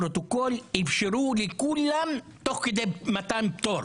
הפרוטוקול: אפשרו לכולם תוך כדי מתן פטור